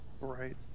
Right